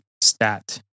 stat